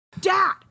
dad